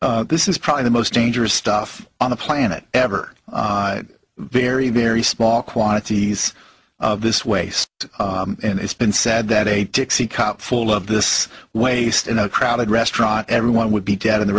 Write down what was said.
l this is probably the most dangerous stuff on the planet ever very very small quantities of this waste and it's been said that a dixie cup full of this waste in a crowded restaurant everyone would be dead in the